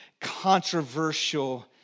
controversial